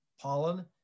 pollen